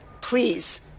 Please